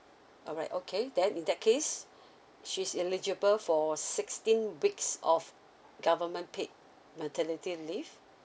alright okay then in that case she's legible for sixteen weeks of government paid maternity leave